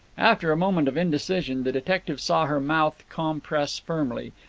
after a moment of indecision, the detective saw her mouth compress firmly,